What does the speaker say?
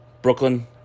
Brooklyn